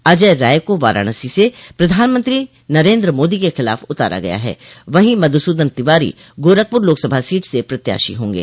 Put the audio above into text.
अजय राय को वाराणसी से प्रधानमंत्री नरेन्द्र मोदी के खिलाफ उतारा गया है वहीं मधुसूदन तिवारी गोरखपुर लोकसभा सीट से प्रत्याशी होंगे